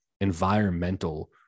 environmental